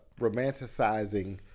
romanticizing